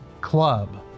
club